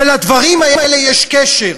ולדברים האלה יש קשר.